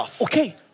Okay